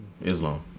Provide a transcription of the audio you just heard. Islam